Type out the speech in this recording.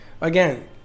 again